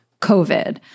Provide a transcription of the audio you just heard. COVID